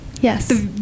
Yes